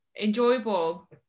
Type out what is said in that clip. enjoyable